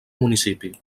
municipi